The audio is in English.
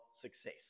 success